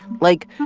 like,